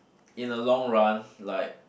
in a long run like